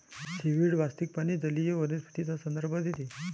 seaweed वास्तविकपणे जलीय वनस्पतींचा संदर्भ देते